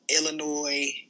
Illinois